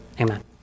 Amen